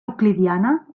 euclidiana